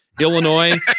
Illinois